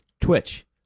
Twitch